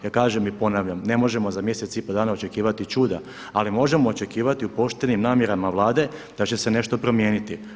Ja kažem i ponavljam ne možemo za mjesec i pol dana očekivati čuda ali možemo očekivati o poštenim namjerama Vlade da će se nešto promijeniti.